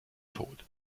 tod